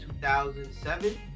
2007